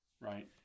right